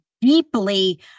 deeply